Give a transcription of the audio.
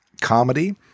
comedy